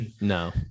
No